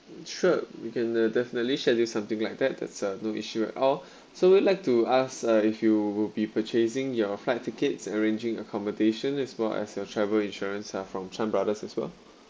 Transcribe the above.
sure we can uh definitely schedule something like that that's uh no issue at all so we'd like to ask uh if you will be purchasing your flight tickets arranging accommodation as well as your travel insurance uh from chan brothers as well